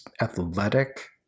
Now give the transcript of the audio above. athletic